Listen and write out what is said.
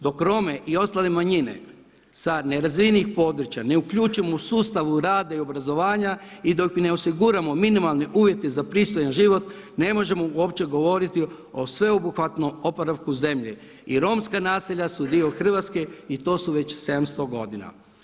Dok Rome i ostale manjine sa nerazvijenih područja ne uključimo u sustav rada i obrazovanja i dok im ne osiguramo minimalne uvjete za pristojan život ne možemo uopće govoriti o sveobuhvatnom oporavku zemlje i romska naselja su dio Hrvatske i to su već 700 godina.